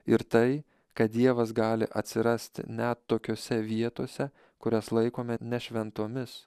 ir tai kad dievas gali atsirasti net tokiose vietose kurias laikome nešventomis